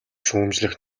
шүүмжлэх